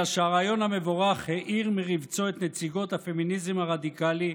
אלא שהרעיון המבורך העיר מרבצן את נציגות הפמיניזם הרדיקלי,